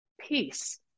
peace